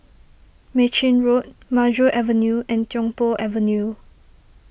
Mei Chin Road Maju Avenue and Tiong Poh Avenue